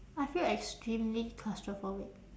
I feel extremely claustrophobic